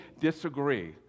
disagree